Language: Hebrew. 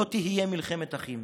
לא תהיה מלחמת אחים.